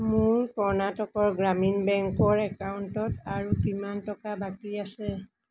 মোৰ কৰ্ণাটকৰ গ্ৰামীণ বেংকৰ একাউণ্টত আৰু কিমান টকা বাকী আছে